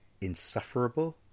insufferable